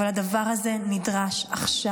אבל הדבר הזה נדרש עכשיו.